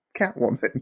Catwoman